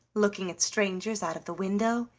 looking at strangers out of the window!